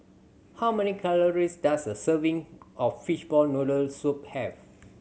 how many calories does a serving of fishball noodle soup have